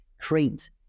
create